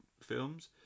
films